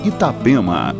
Itapema